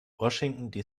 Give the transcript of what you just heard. washington